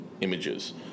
images